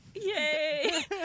Yay